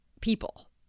people